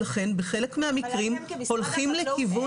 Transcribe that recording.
לכן בחלק מהמקרים הולכים לכיוון --- אבל אתם